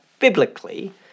Biblically